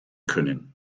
können